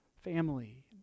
Family